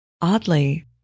Oddly